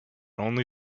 only